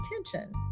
attention